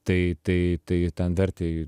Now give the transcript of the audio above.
tai tai tai ten vertė į